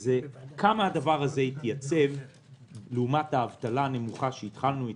היא כמה הדבר הזה יתייצב לעומת האבטלה הנמוכה שהתחלנו איתה,